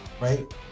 Right